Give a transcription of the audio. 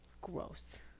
Gross